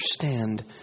understand